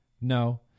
No